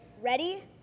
Ready